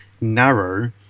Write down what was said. narrow